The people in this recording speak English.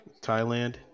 Thailand